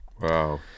Wow